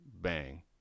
bang